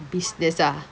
business ah